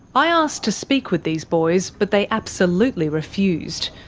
i asked to speak with these boys, but they absolutely refused.